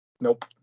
Nope